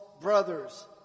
brothers